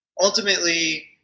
ultimately